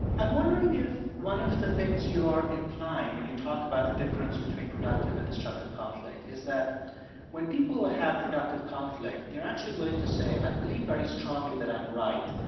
i'm wondering if one of the things you are implying when you talk about the difference between productive and destructive conflict is that when people have productive conflict, they're actually willing to say, i believe very strongly that i'm right,